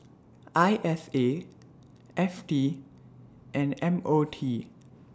I S A F T and M O T